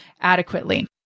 adequately